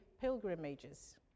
pilgrimages